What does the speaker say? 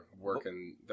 working